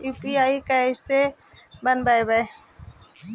UPI कैसे बनइबै?